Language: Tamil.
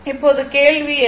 இப்போது கேள்வி அது